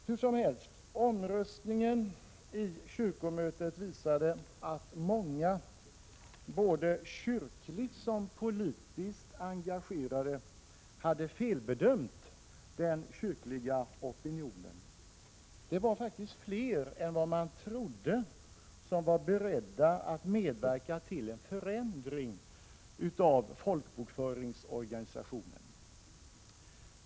Hur som helst, omröstningen vid kyrkomötet visade att många både kyrkligt och politiskt engagerade hade felbedömt den kyrkliga opinionen. Det var faktiskt fler än vad man trodde som var beredda att medverka till en förändring av folkbokföringsorganisationen.